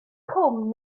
cwm